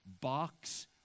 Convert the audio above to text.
box